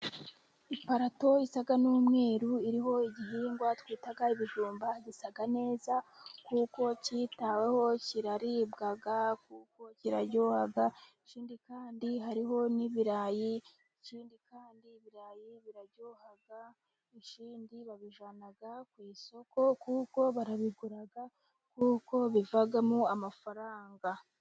Iparato isa n'umweru， iriho igihingwa twita ibijumba， bisa neza kuko kitaweho， kiraribwa kuko kiraryoha， ikindi kandi hariho n'ibirayi， ikindi kandi ibirayi biraryoha， ikindi babijyana ku isoko， kuko barabigura kuko bivamo amafaranga.